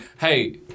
hey